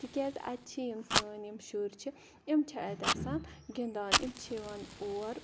تکیازِ اَتہِ چھِ یِم سٲنۍ یِم شُرۍ چھِ یِم چھِ اَتہِ آسان گِندان یِم چھِ یِوان اور